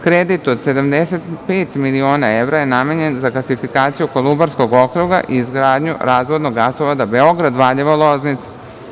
Kredit od 75 miliona evra je namenjen za gasifikaciju Kolubarskog okruga i izgradnju razvodnog gasovoda Beograd-Valjevo-Loznica.